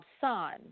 son